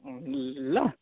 ल